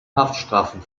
haftstrafen